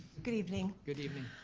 good evening. good evening.